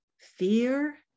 fear